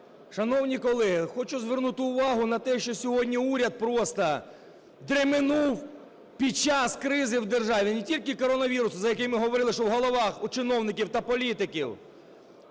Шановні колеги, хочу звернути увагу на те, що сьогодні уряд просто дременув під час кризи в державі, не тільки коронавірусу, про який ми говорили, що в головах у чиновників та політиків.